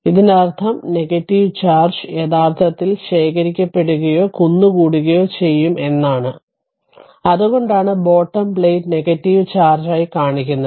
ഇതിനർത്ഥം negative charge യഥാർത്ഥത്തിൽ ശേഖരിക്കപ്പെടുകയോ കുന്നുകൂടുകകയോ ചെയ്യും എന്നാണ് അത്ന്കൊണ്ടാണ് ബോട്ടം പ്ലേറ്റ് നെഗറ്റീവ് ചാർജ് ആയി കാണിക്കുന്നത്